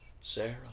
Sarah